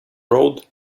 road